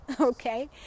Okay